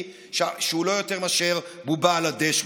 שהוא לא יותר מאשר בובה על הדשבורד.